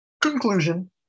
conclusion